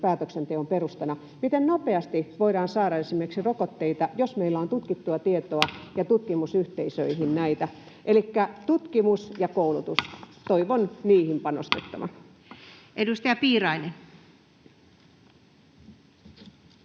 päätöksenteon perustana: miten nopeasti voidaan saada esimerkiksi rokotteita, jos meillä on tutkittua tietoa ja tutkimusyhteisöjä. Elikkä tutkimus ja koulutus, niihin